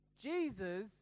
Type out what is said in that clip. Jesus